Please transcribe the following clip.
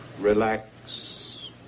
relax